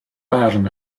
barn